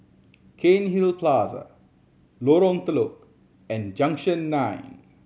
Cairnhill Plaza Lorong Telok and Junction Nine